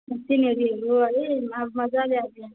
सिनेरीहरू है अब मजाले